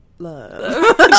love